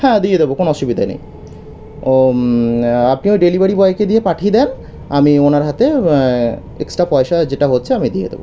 হ্যাঁ দিয়ে দেবো কোনো অসুবিধা নেই ও আপনি ওই ডেলিভারি বয়কে দিয়ে পাঠিয়ে দিন আমি ওনার হাতে এক্সট্রা পয়সা যেটা হচ্ছে আমি দিয়ে দেবো